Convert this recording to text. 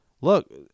Look